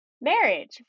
marriage